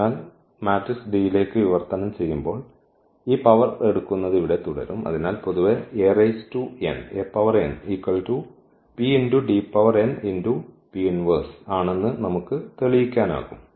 അതിനാൽ ഈ matrix D യിലേക്ക് വിവർത്തനം ചെയ്യുമ്പോൾ ഈ പവർ എടുക്കുന്നത് ഇവിടെ തുടരും അതിനാൽ പൊതുവെ ആണെന്ന് നമുക്ക് തെളിയിക്കാനാകും